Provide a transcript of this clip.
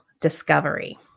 discovery